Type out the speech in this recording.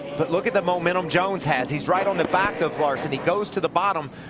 but look at the momentum jones has. he's right on the back of larson. he goes to the bottom.